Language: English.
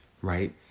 right